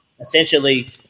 Essentially